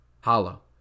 hollow